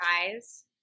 eyes